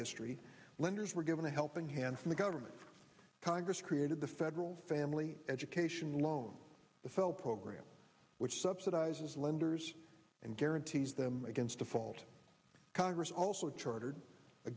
history lenders were given a helping hand from the government congress created the federal family education loan the fell program which subsidizes lenders and guarantees them against a fault congress also charter